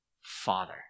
Father